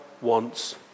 wants